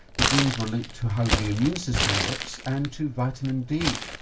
the genes were linked to how the immune system works and to vitamin d.